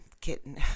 kitten